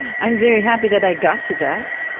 i'm very happy that i got to that